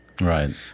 Right